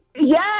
Yes